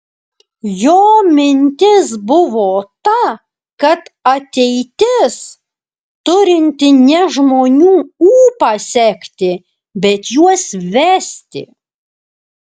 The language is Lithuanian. jo mintis buvo ta kad ateitis turinti ne žmonių ūpą sekti bet juos vesti